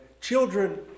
children